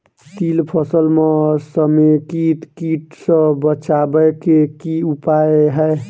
तिल फसल म समेकित कीट सँ बचाबै केँ की उपाय हय?